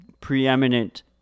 preeminent